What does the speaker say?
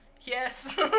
Yes